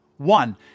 One